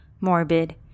morbid